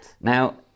Now